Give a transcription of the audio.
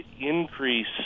increase